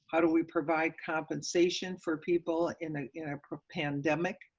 how do we provide compensation for people in ah in a pandemic,